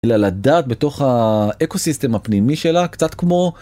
לדעת בתוך האקוסיסטם הפנימי שלה קצת כמו.